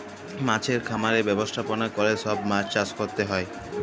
মাছের খামারের ব্যবস্থাপলা ক্যরে সব মাছ চাষ ক্যরতে হ্যয়